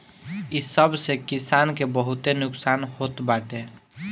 इ सब से किसान के बहुते नुकसान होत बाटे